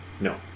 No